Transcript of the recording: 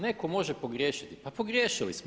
Neko može pogriješiti, pa pogriješili smo.